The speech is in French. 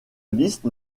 liste